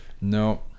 no